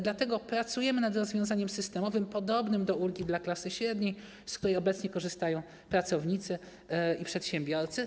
Dlatego pracujemy nad rozwiązaniem systemowym podobnym do ulgi dla klasy średniej, z której obecnie korzystają pracownicy i przedsiębiorcy.